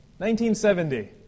1970